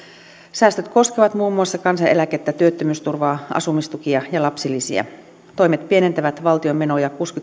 säästöt koskevat muun muassa kansaneläkettä työttömyysturvaa asumistukia ja lapsilisiä toimet pienentävät valtion menoja